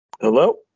hello